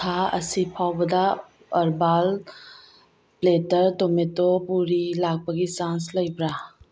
ꯊꯥ ꯑꯁꯤ ꯐꯥꯎꯕꯗ ꯑꯔꯕꯥꯟ ꯄ꯭ꯂꯦꯇꯔ ꯇꯣꯃꯦꯇꯣ ꯄꯨꯔꯤ ꯂꯥꯛꯄꯒꯤ ꯆꯥꯡꯁ ꯂꯩꯕ꯭ꯔꯥ